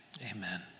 amen